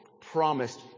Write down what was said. promised